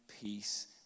peace